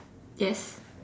yes